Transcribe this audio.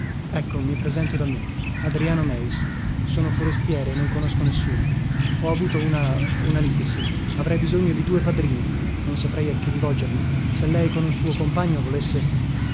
ecco mi presento da me adriano meis sono forestiere e non conosco nessuno ho avuto una una lite sì avrei bisogno di due padrini non saprei a chi rivolgermi se lei con un suo compagno volesse